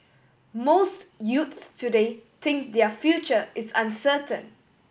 most youths today think their future is uncertain